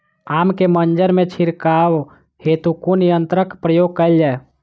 आम केँ मंजर मे छिड़काव हेतु कुन यंत्रक प्रयोग कैल जाय?